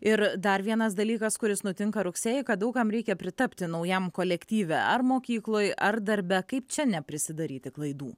ir dar vienas dalykas kuris nutinka rugsėjį kad daug kam reikia pritapti naujam kolektyve ar mokykloj ar darbe kaip čia neprisidaryti klaidų